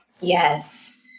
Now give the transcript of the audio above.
Yes